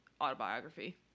autobiography